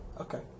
okay